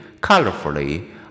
colorfully